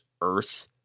earth